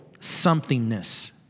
somethingness